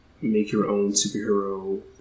make-your-own-superhero